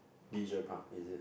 leisure park is it